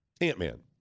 Ant-Man